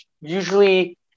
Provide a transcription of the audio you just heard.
usually